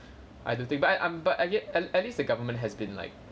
I don't think but I I'm but I get at least the government has been like